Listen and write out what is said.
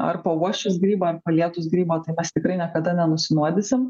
ar pauosčius grybą ar palietus grybą tai mes tikrai niekada nenusinuodysim